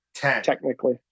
technically